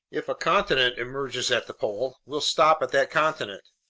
if a continent emerges at the pole, we'll stop at that continent.